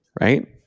right